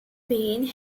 being